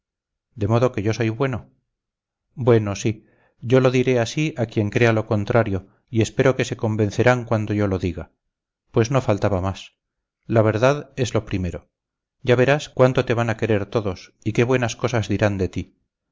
de modo que yo soy bueno bueno sí yo lo diré así a quien crea lo contrario y espero que se convencerán cuando yo lo diga pues no faltaba más la verdad es lo primero ya verás cuánto te van a querer todos y qué buenas cosas dirán de ti